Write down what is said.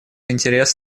интерес